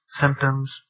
symptoms